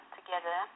together